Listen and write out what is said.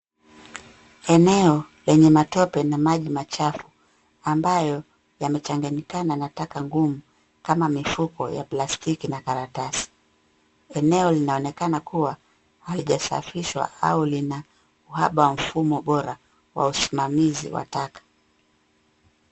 Eneo lenye matope na maji machafu ambayo yamechanganyikana na taka ngumu kama mifuko ya plastiki na karatasi. Eneo linaonekana kuwa halijasafishwa au lina uhaba wa mfumo bora wa wa usimamizi wa taka.